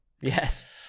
Yes